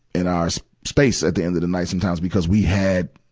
in our so space at the end of the night sometimes, because we had,